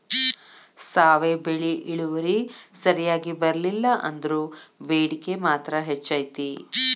ಸಾವೆ ಬೆಳಿ ಇಳುವರಿ ಸರಿಯಾಗಿ ಬರ್ಲಿಲ್ಲಾ ಅಂದ್ರು ಬೇಡಿಕೆ ಮಾತ್ರ ಹೆಚೈತಿ